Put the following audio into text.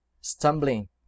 stumbling